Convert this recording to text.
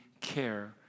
care